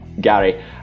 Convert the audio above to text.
Gary